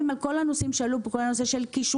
על כל הנושאים שעלו פה כל הנושא של כישורים